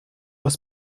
was